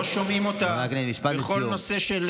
לא שומעים אותם בכל הנושא של